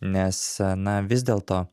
nes na vis dėlto